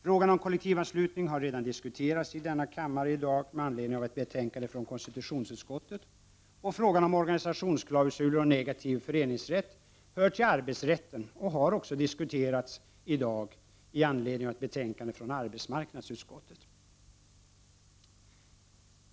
Frågan om kollektivanslutning har redan diskuterats i denna kammare i dag med anledning av ett betänkande från konstitutionsutskottet, och frågan om organisationsklausuler och negativ föreningsrätt hör till arbetsrätten och har också diskuterats i dag, i anledning av ett betänkande från arbetsmarknadsutskottet.